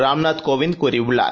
ராம்நாத் கோவிந்த் கூறியுள்ளார்